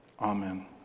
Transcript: Amen